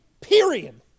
Period